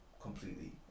completely